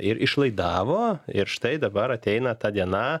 ir išlaidavo ir štai dabar ateina ta diena